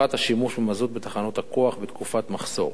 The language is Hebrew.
השימוש במזוט בתחנות הכוח בתקופת מחסור,